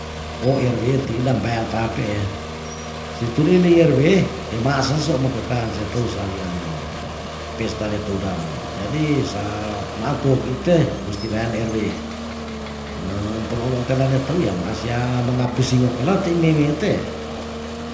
Oh rw ntiila mbeyan pa ape ya si turi li rw sea measeng sua makekan se teu sa wiane pesta ne tou dano yi jadi sa matoeki te mesti wean rw peloolan tela ne teu yah maasia menga pusing mo kelar teimeme te